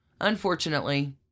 Unfortunately